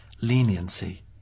leniency